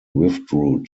withdrew